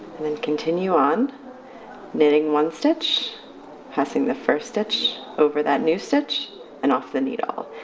and then continue on knitting one stitch passing the first stitch over that new stitch and off the needle.